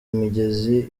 imigezi